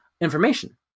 information